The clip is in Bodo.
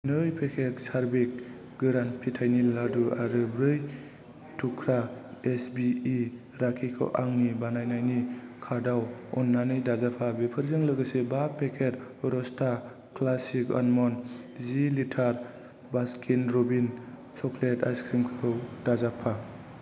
नै पेकेट चार्विक गोरान फिथाइनि लादु आरो ब्रै थुख्रा एसबिइ राखिखौ आंनि बायनायनि कार्टाव अननानै दाजाबफा बेफोरजों लोगोसे बा पेकेट रस्ता क्लासिक आलमन्ड जि लिटार बास्किन र'बिन्स चकलेट आइसक्रिमखौबो दाजाबफा